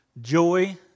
joy